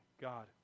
God